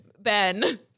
Ben